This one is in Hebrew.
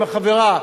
עם החברה,